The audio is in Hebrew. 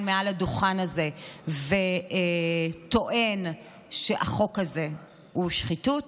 מעל הדוכן הזה וטוען שהחוק הזה הוא שחיתות,